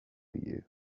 you